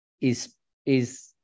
is—is